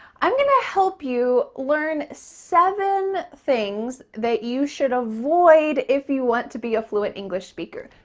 i'm going to help you learn seven things that you should avoid if you want to be a fluent english speaker.